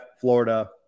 Florida